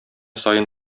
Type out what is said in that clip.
саен